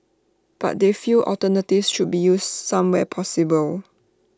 but they feel alternatives should be used some where possible